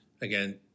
again